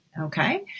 okay